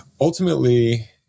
ultimately